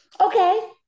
Okay